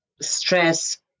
stress